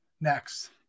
next